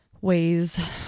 ways